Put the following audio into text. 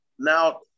Now